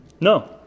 No